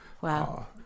Wow